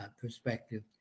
perspective